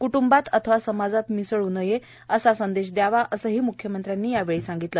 क्ट्ंबात अथवा समाजात मिसळू नये असा संदेश द्यावा असेही म्ख्यमंत्र्यांनी यावेळी सांगितले